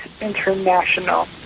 International